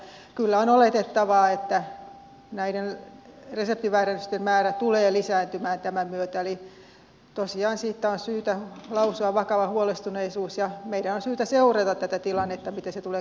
kyllä on oletettavaa että näiden reseptiväärennösten määrä tulee lisääntymään tämän myötä eli tosiaan siitä on syytä lausua vakava huolestuneisuus ja meidän on syytä seurata tätä tilannetta miten se tulee kehittymään